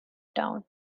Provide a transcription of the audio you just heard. town